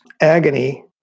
agony